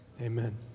amen